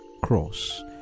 cross